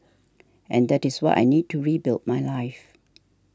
and that is what I need to rebuild my life